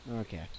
Okay